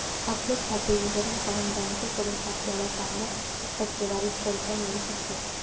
आपले खाते विवरण पाहून बँकेकडून आपल्याला चांगल्या टक्केवारीत कर्ज मिळू शकते